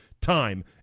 time